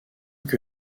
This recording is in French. que